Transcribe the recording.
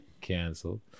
canceled